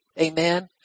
Amen